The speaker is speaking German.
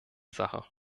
sache